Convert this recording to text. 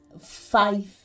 five